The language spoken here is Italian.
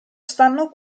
stanno